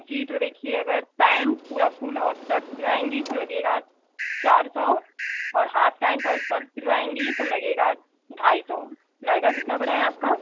जी तो देखिए अगर पैंट पूरा फुल और सर्ट सिलवाएँगी तो लगेगा चार सौ और हाफ पैंट और सर्ट सिलवाएँगी तो लगेगा ढाई सौ लड़का कितना बड़ा है आपका